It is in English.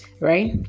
right